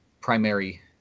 primary